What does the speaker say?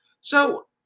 So-